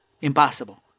impossible